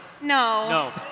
No